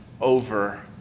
over